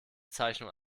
zeichnung